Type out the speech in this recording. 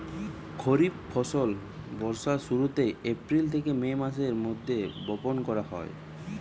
খরিফ ফসল বর্ষার শুরুতে, এপ্রিল থেকে মে মাসের মধ্যে বপন করা হয়